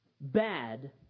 bad